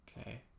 okay